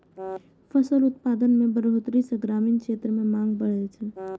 फसल उत्पादन मे बढ़ोतरी सं ग्रामीण क्षेत्र मे मांग बढ़ै छै